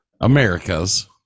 America's